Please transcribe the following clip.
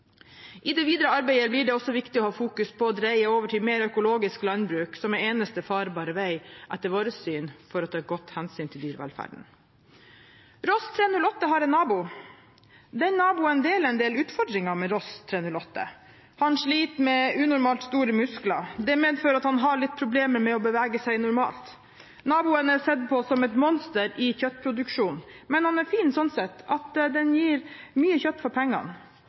i dag handler om. I det videre arbeidet blir det også viktig å ha fokus på å dreie over til mer økologisk landbruk, som er eneste farbare vei – etter vårt syn – for å ta godt hensyn til dyrevelferden. Ross 308 har en nabo. Den naboen deler en del utfordringer med Ross 308. Han sliter med unormalt store muskler. Det medfører at han har litt problemer med å bevege seg normalt. Naboen er sett på som et monster i kjøttproduksjonen, men han er fin sånn sett at han gir mye kjøtt for pengene.